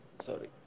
sorry